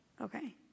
Okay